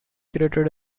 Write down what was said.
created